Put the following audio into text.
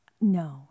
No